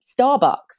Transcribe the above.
Starbucks